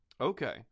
Okay